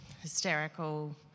hysterical